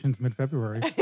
mid-February